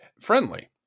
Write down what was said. friendly